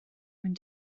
mewn